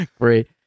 Great